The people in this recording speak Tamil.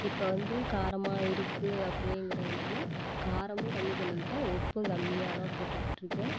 இப்போ வந்து காரமாக இருக்குது அப்படிங்கிறதுனால காரமும் கம்மி பண்ணிக்கிட்டேன் உப்பும் கம்மியாக தான் போட்டுகிட்டு இருக்கேன்